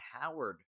Howard